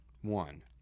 One